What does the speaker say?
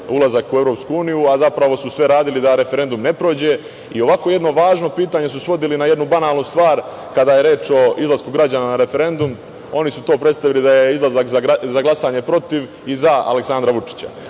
ulazak u EU, a zapravo su sve radili da referendum ne prođe i ovako jedno važno pitanje su svodili na jednu banalnu stvar kada je reč o izlasku građana na referendum. Oni su to predstavili da je izlazak za glasanje protiv i za Aleksandra Vučića. Možete